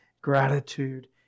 gratitude